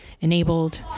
enabled